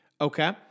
okay